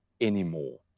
anymore